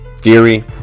Fury